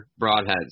Broadheads